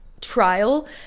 Trial